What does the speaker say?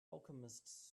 alchemists